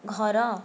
ଘର